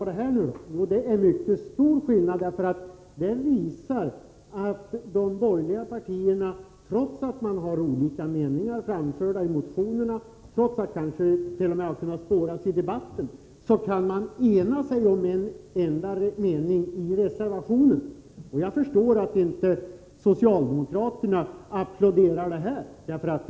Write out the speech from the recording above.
Jo, det är en mycket stor skillnad, för det visar att de borgerliga partierna — trots att de har olika meningar som de framfört i motionerna och trots att dessa olika meningar kanske t.o.m. har kunnat spåras i debatten — har kunnat ena sig om en enda mening i reservationen. Jag förstår att socialdemokraterna inte applåderar detta.